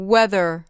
Weather